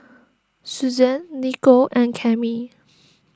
Susann Niko and Cami